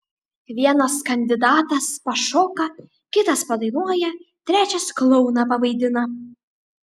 vienas kandidatas pašoka kitas padainuoja trečias klouną pavaidina